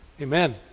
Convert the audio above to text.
Amen